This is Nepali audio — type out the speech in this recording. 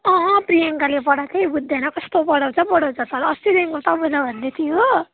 अहँ प्रियङ्काले पढाएकै बुझ्जैन कस्तो पढाउँछ पढाउँछ सर अस्तिदेखिको तपाईँलाई भन्दैथिएँ हो